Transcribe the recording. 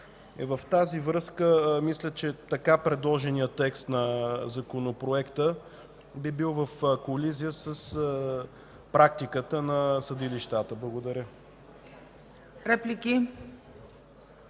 В тази връзка мисля, че така предложеният текст на Законопроекта би бил в колизия с практиката на съдилищата. Благодаря.